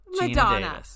Madonna